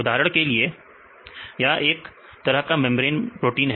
उदाहरण के लिए या एक तरह का मेंब्रेन प्रोटीन है